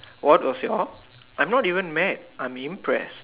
what was your I'm not even mad I'm impress